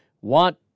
want